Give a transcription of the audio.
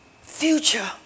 future